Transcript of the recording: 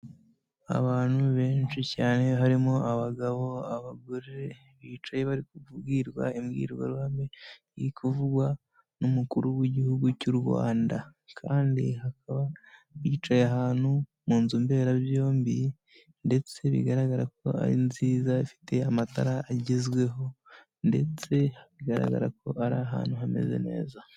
Abantu benshi cyane harimo abagabo, abagore, bicaye bari kugirwarwa imbwirwaruhame kuvugwa n'umukuru w'igihugu cy'u Rwanda, kandi hakaba bicaye ahantu mu nzu mberabyombi, ndetse bigaragara ko ari nziza ifite amatara agezweho, ndetse bigaragara ko ari ahantu hameze neza.